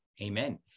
Amen